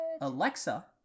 Alexa